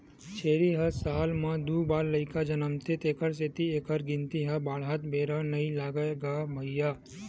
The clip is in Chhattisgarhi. छेरी ह साल म दू बार लइका जनमथे तेखर सेती एखर गिनती ह बाड़हत बेरा नइ लागय गा भइया